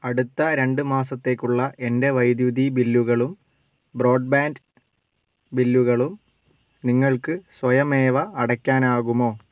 അടുത്ത രണ്ട് മാസത്തേക്കുള്ള എൻ്റെ വൈദ്യുതി ബില്ലുകളും ബ്രോഡ്ബാൻഡ് ബില്ലുകളും നിങ്ങൾക്ക് സ്വയമേവ അടയ്ക്കാനാകുമോ